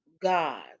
God